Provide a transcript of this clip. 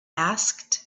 asked